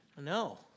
No